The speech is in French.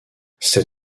c’est